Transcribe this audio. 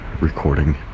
recording